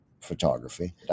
photography